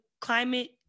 climate